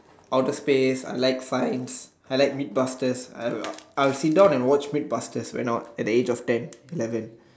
outer space I like science I like mid busters I I'll sit down and watch mid busters when I was at the age of ten eleven